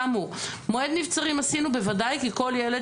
מועד נבצרים עשינו בוודאי כי כל ילד